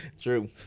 True